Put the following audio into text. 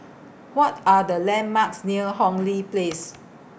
What Are The landmarks near Hong Lee Place